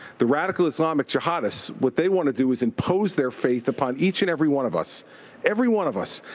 the radical islamic jihadists, what they want to do is impose their faith upon each and every one of us every one of us.